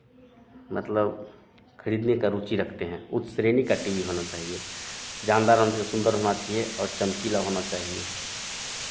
मतलब खरीदने का रुचि रखते हैं उस श्रेणी का टी वी होना चाहिए जानदार होना सुन्दर होना चहिए और चमकीला होना चाहिए